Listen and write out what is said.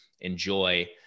enjoy